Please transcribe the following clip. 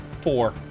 Four